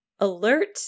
alert